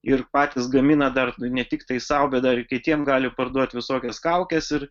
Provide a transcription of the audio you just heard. ir patys gamina dar ne tiktai sau bet dar kitiem gali parduot visokias kaukes ir